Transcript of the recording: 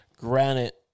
granite